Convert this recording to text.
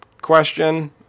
question